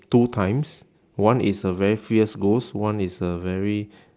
two times one is a very fierce ghost one is a very